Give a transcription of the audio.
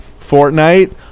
Fortnite